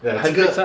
ah 这个